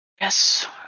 Yes